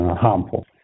harmful